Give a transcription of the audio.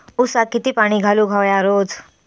ऊसाक किती पाणी घालूक व्हया रोज?